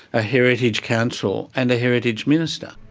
a heritage council and a heritage minister?